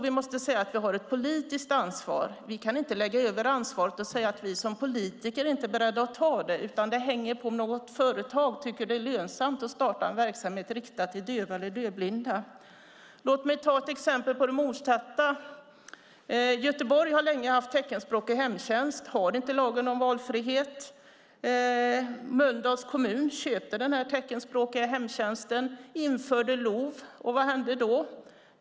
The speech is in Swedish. Vi har ett politiskt ansvar. Vi kan inte lägga över ansvaret och säga att vi som politiker inte är beredda att ta det, utan det hänger på om något företag tycker att det är lönsamt att starta en verksamhet riktad till döva eller dövblinda. Låt mig ta ett exempel på det motsatta. Göteborg har länge haft teckenspråkig hemtjänst och använder inte lagen om valfrihet. Mölndals kommun som köper den teckenspråkiga hemtjänsten införde LOV. Vad hände då?